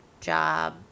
job